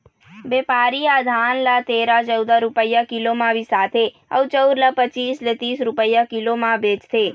बेपारी ह धान ल तेरा, चउदा रूपिया किलो म बिसाथे अउ चउर ल पचीस ले तीस रूपिया किलो म बेचथे